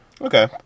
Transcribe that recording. Okay